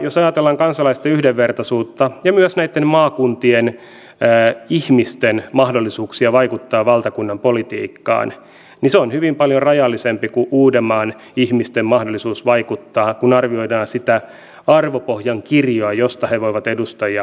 jos ajatellaan kansalaisten yhdenvertaisuutta ja myös näitten maakuntien ihmisten mahdollisuuksia vaikuttaa valtakunnanpolitiikkaan niin se on hyvin paljon rajallisempi kuin uudenmaan ihmisten mahdollisuus vaikuttaa kun arvioidaan sitä arvopohjan kirjoa josta he voivat edustajia valita